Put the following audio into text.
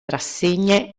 rassegne